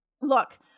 Look